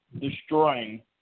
destroying